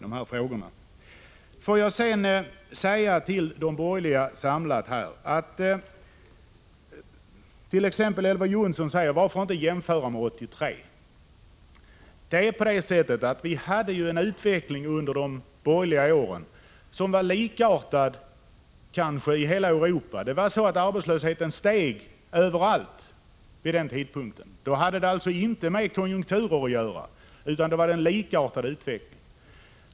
Låt mig sedan vända mig samlat till de borgerliga. Elver Jonsson säger t.ex.: Varför inte jämföra med 1983? Vi hade en utveckling under de borgerliga åren som kanske var likartad i hela Europa — arbetslösheten steg överallt vid den tidpunkten. Det hade alltså inte med konjunkturerna att göra, utan då var det en likartad utveckling.